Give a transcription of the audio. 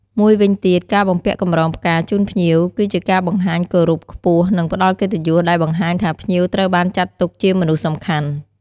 មួយវិញទៀតការបំពាក់កម្រងផ្កាជូនភ្ញៀវ គឺជាការបង្ហាញការគោរពខ្ពស់ និងផ្ដល់កិត្តិយសដែលបង្ហាញថាភ្ញៀវត្រូវបានចាត់ទុកជាមនុស្សសំខាន់។